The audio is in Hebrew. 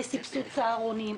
לסבסוד צהרונים,